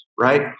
right